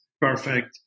Perfect